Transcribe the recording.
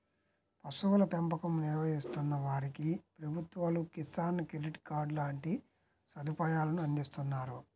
పశువుల పెంపకం నిర్వహిస్తున్న వారికి ప్రభుత్వాలు కిసాన్ క్రెడిట్ కార్డు లాంటి సదుపాయాలను అందిస్తున్నారు